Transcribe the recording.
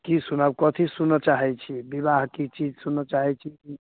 की सुनाउ कथी सुनऽ चाहै छियै विवाहके चीज सुनऽ चाहै छियै कि